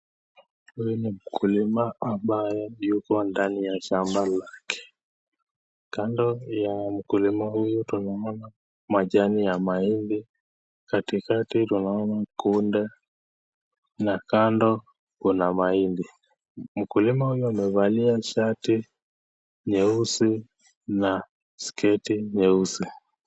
Huyu ni mkulima ambaye yupo ndani ya shamba lake, kando ya mkulima huyu tunaona majani ya mahindi, katikati tunaona kunde na kando kuna mahindi. Mkulima huyu amevalia shati nyeusi na sketi nyeusi.